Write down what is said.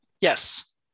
Yes